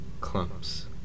Clumps